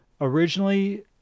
Originally